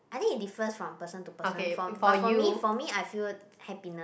I think it differs from person to person for but for me for me I prefer happiness